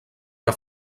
que